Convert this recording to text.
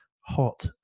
hot